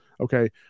Okay